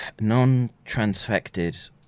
non-transfected